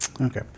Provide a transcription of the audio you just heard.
Okay